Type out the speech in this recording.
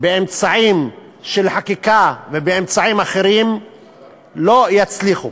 באמצעים של חקיקה ובאמצעים אחרים לא יצליח.